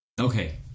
Okay